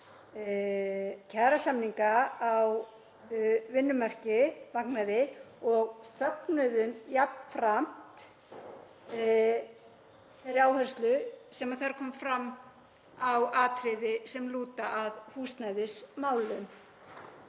kjarasamninga á vinnumarkaði og fögnuðum jafnframt þeirri áherslu sem þar kom fram á atriði sem lúta að húsnæðismálum.